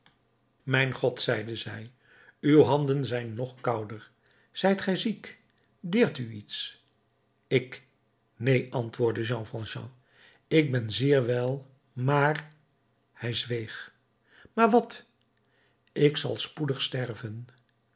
mijn god zeide zij uw handen zijn nog kouder zijt gij ziek deert u iets ik neen antwoordde jean valjean ik ben zeer wèl maar hij zweeg maar wat ik zal spoedig sterven